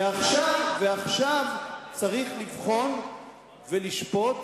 אז למה, עכשיו, צריך לבחון ולשפוט